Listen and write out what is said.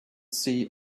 sea